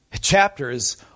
chapters